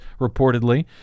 reportedly